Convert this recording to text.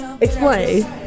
explain